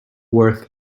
worth